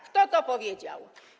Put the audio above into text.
Kto to powiedział?